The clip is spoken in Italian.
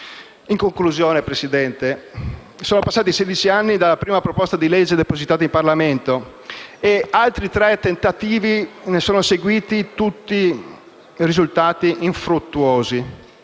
In conclusione, signor Presidente, sono passati sedici anni dalla prima proposta del genere depositata in Parlamento e gli altri tre tentativi che ne sono seguiti sono risultati infruttuosi.